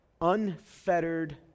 unfettered